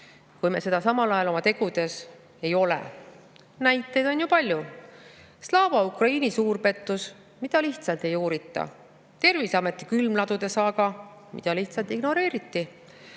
kui me seda samal ajal oma tegudes ei ole. Näiteid on ju palju: Slava Ukraini suurpettus, mida lihtsalt ei uurita; Terviseameti külmladude saaga, mida lihtsalt ignoreeriti;